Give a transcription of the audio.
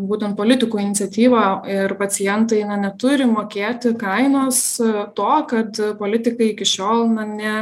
būtent politikų iniciatyva ir pacientai neturi mokėti kainos to kad politikai iki šiol na ne